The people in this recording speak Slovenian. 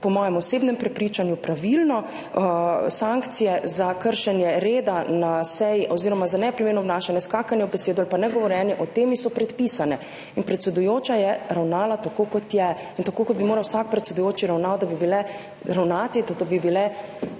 po mojem osebnem prepričanju pravilno. Sankcije za kršenje reda na seji oziroma za neprimerno obnašanje, skakanje v besedo ali negovorjenje o temi so predpisane. Predsedujoča je ravnala tako, kot je, in tako, kot bi moral vsak predsedujoči ravnati, da bi bile razprave v našem